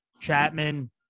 Chapman